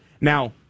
now